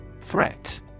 Threat